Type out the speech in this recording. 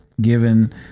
given